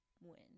win